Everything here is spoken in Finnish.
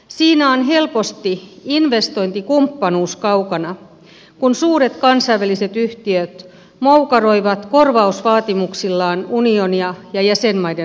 siinä on helposti investointikumppanuus kaukana kun suuret kansainväliset yhtiöt moukaroivat korvausvaatimuksillaan unionia ja jäsenmaiden hallituksia